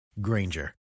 Granger